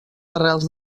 arrels